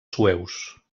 sueus